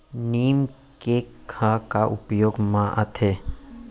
नीम cake ह का उपयोग मा आथे?